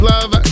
Love